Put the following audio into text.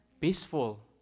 Peaceful